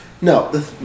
No